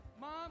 Mom